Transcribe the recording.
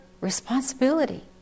responsibility